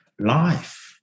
life